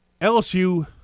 LSU